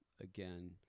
again